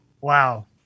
Wow